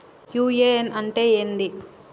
UAN అంటే ఏంది?